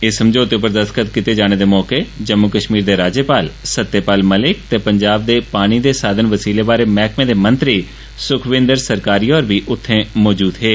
इस समझौते उप्पर दस्तखत कीते जाने दे मौके जम्मू कश्मीर दे राज्यपाल सत्यपाल मलिक ते पंजाब दे पानी दे साधन बसिलें बारै मैहकमें दे मंत्री सुखविन्द्र सरकारिया होर बी मजूद हे